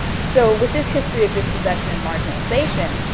so with this history of dispossession and marginalization,